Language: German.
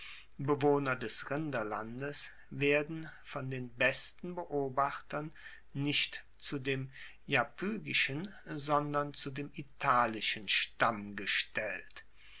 des rinderlandes werden von den besten beobachtern nicht zu dem iapygischen sondern zu dem italischen stamm